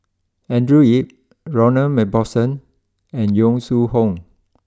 Andrew Yip Ronald Macpherson and Yong Shu Hoong